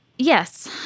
Yes